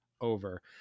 over